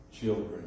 children